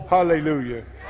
hallelujah